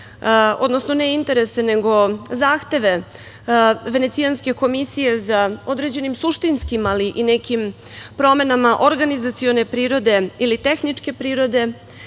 bismo zadovoljili zahteve Venecijanske komisije za određenim suštinskim, ali i nekim promenama organizacione prirode ili tehničke prirode,